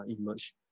emerge